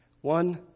One